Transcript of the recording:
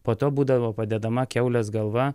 po to būdavo padedama kiaulės galva